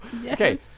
Okay